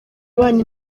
abana